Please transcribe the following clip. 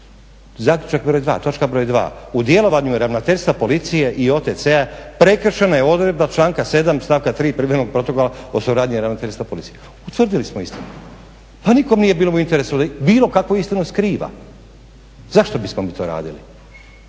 zaključak broj 2, točka broj 2. u djelovanju je ravnateljstva policije i OTC-a prekršena je odredba članka 7. stavka 3. …/Ne razumije se./… protokola o suradnji ravnateljstva policije. Utvrdili smo istinu. Pa nikom nije bilo u interesu da bilo kakvu istinu skriva, zašto bismo to radili?